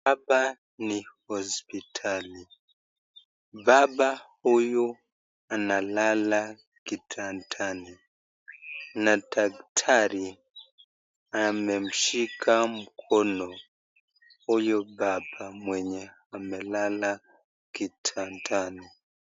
Hapa ni hospitali , baba huyu analala kitandani na daktari amemshika mkono huyu baba mwenye amelala kitandani.